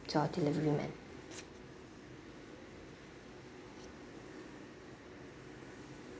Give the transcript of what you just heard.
to our deliveryman